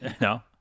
no